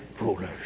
rulers